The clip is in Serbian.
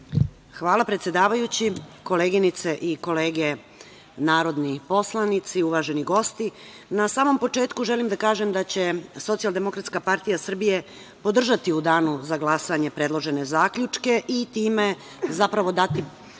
Hvala, predsedavajući. Koleginice i kolege narodni poslanici, uvaženi gosti, na samom početku želim da kažem da će Socijaldemokratska partija Srbije podržati u danu za glasanje predložene zaključke i time, zapravo, dati